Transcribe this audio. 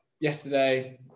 yesterday